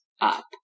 up